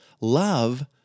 love